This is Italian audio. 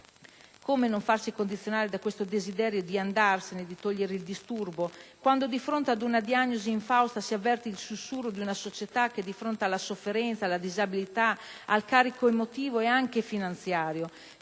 Come non farsi condizionare da questo desiderio di andarsene, di togliere il disturbo quando, di fronte ad una diagnosi infausta, si avverta il sussurro di una società che, di fronte alla sofferenza, alla disabilità, al carico emotivo e finanziario,